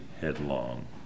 headlong